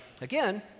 again